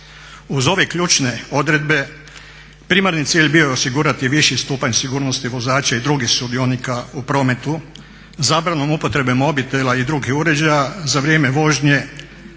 Uz ove ključne odredbe primarni cilj je bio osigurati viši stupanj sigurnosti vozača i drugih sudionika u prometu zabranom upotrebe mobitela i drugih uređaja za vrijeme vožnje